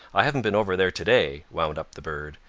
i haven't been over there to-day, wound up the bird,